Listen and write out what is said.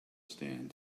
stand